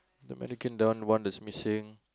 the mannequin down one is missing